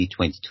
2022